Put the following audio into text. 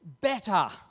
better